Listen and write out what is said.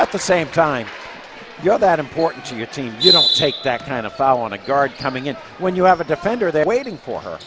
at the same time you are that important to your team you don't take that kind of power on a guard coming in when you have a defender there waiting for the